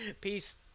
Peace